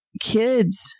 kids